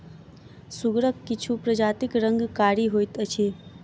सुगरक किछु प्रजातिक रंग कारी होइत अछि